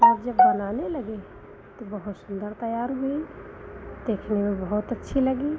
और जब बनाने लगे तो बहुत सुन्दर तैयार हुई देखने में बहुत अच्छी लगी